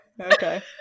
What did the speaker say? Okay